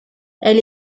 elle